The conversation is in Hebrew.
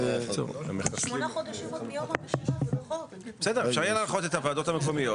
שמונה חודשים --- אפשר להנחות את הוועדות המקומיות